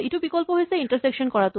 ইটো বিকল্প হৈছে ইন্টাৰচেকচন কৰাটো